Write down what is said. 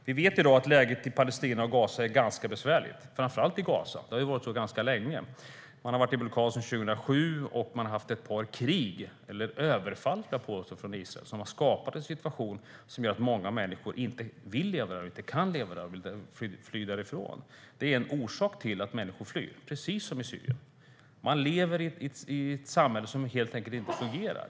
Vi vet i dag att läget i Palestina och Gaza är ganska besvärligt, framför allt i Gaza. Det har varit så ganska länge. Man har varit i blockad sedan 2007, och man har varit utsatt för ett par krig - eller rättare sagt ett par överfall från Israel - som har skapat en situation som gör att många människor inte kan eller vill leva där utan flyr därifrån. Det är en orsak till att människor flyr, precis som i Syrien. Man lever i ett samhälle som helt enkelt inte fungerar.